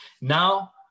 Now